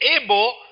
able